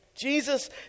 Jesus